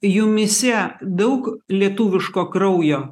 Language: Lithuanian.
jumyse daug lietuviško kraujo